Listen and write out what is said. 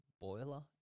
boiler